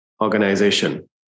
organization